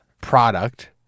product